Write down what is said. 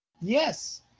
Yes